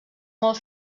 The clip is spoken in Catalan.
molt